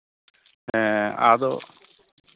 ᱦᱮᱸ ᱟᱫᱚ